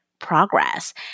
progress